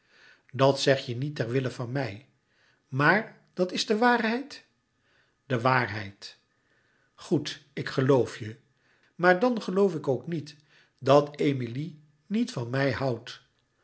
dat zeg je niet ter wille van mij maar dat is de waarheid louis couperus metamorfoze de waarheid goed ik geloof je maar dan geloof ik ook niet dat emilie niet van mij houdt